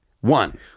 one